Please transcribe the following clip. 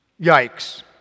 Yikes